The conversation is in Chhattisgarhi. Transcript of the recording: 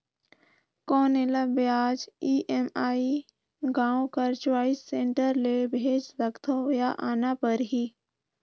कौन एला ब्याज ई.एम.आई गांव कर चॉइस सेंटर ले भेज सकथव या आना परही?